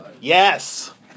Yes